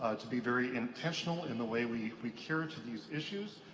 ah to be very intentional in the way we we care to these issues,